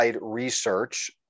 Research